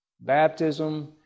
baptism